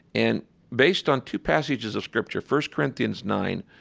and based on two passages of scripture. first, corinthians nine.